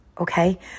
okay